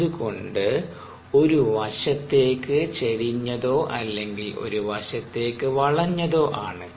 അതുകൊണ്ട് ഒരു വശത്തേക്ക് ചരിഞ്ഞതോ അല്ലെങ്കിൽ ഒരു വശത്തേക്ക് വളഞ്ഞതോ ആണ്